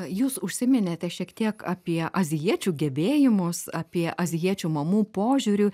jūs užsiminėte šiek tiek apie azijiečių gebėjimus apie azijiečių mamų požiūrį